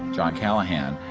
john callahan,